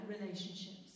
relationships